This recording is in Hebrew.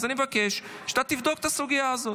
אז אני מבקש שתבדוק את הסוגיה הזאת.